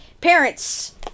parents